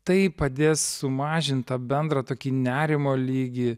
tai padės sumažint tą bendrą tokį nerimo lygį